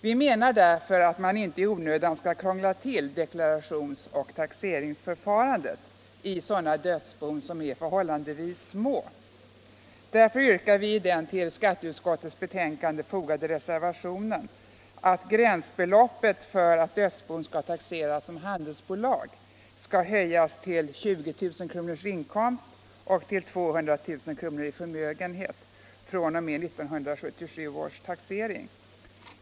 Vi menar att man inte i onödan skall krångla till deklarationsoch taxeringsförfarandet i dödsbon som är förhållandevis små. Därför yrkar vi i den vid skatteutskottets betänkande fogade reservationen att gränsbeloppet för att dödsbon skall taxeras som handelsbolag skall höjas till 20 000 kr. i inkomst och 200 000 kr. i förmögenhet fr.o.m. 1977 års taxering.